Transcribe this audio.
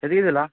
ଫେରାଇ ଦେଲା